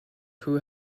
who